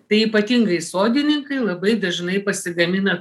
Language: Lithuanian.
tai ypatingai sodininkai labai dažnai pasigamina